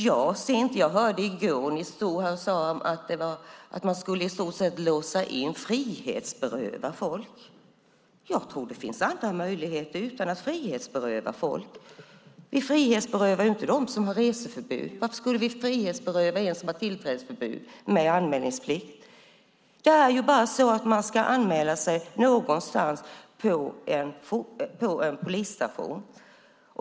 Jag hörde i går att ni stod här och sade att man i så fall skulle låsa in och frihetsberöva folk. Jag tror att det finns andra möjligheter, utan att frihetsberöva folk. Vi frihetsberövar ju inte dem som har reseförbud, så varför skulle vi frihetsberöva en som ha tillträdesförbud med anmälningsplikt? Man ska bara anmäla sig någonstans på en polisstation.